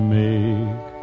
make